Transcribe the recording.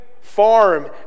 farm